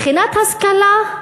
מבחינת השכלה,